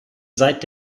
seit